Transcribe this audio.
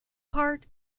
part